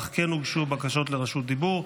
אך כן הוגשו בקשות לרשות דיבור.